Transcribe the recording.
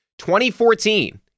2014